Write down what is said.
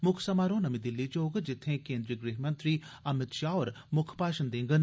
मुक्ख समारोह नमीं दिल्ली च होग जित्थें केन्द्री गृह मंत्री अमित शाह होर मुक्ख भाषण देडन